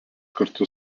kartu